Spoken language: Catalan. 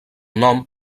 nom